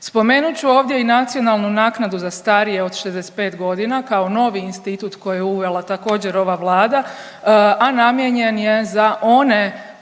Spomenut ću ovdje i Nacionalnu naknadu za starije od 65 godina kao novi institut koji je uvela također ova Vlada, a namijenjen je za one